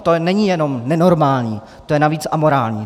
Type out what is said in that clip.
To není jenom nenormální, to je navíc amorální.